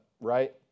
right